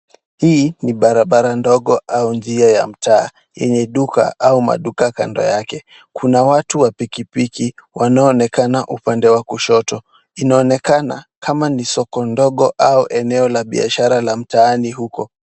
Hii ni barabara ndogo au njia ya mtaa. Yenye duka au maduka kando yake. Kuna watu wa pikipiki wanaonekana upande wa kushoto. Inaonekana kama ni soko ndogo au eneo la biashara la mtaani uko.